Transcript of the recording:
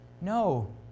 No